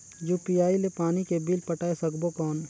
UPI ले पानी के बिल पटाय सकबो कौन?